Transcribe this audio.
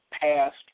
Past